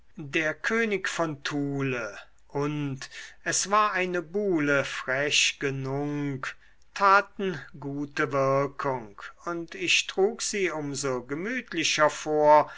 der könig von thule und es war ein buhle frech genung taten gute wirkung und ich trug sie um so gemütlicher vor